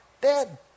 Dead